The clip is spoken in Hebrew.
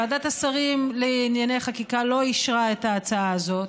ועדת השרים לענייני חקיקה לא אישרה את ההצעה הזאת.